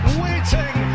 waiting